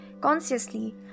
consciously